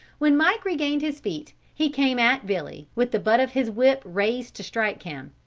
when mike regained his feet he came at billy with the butt of his whip raised to strike him,